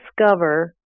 discover